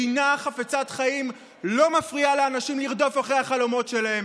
מדינה חפצת חיים לא מפריעה לאנשים לרדוף אחרי החלומות שלהם,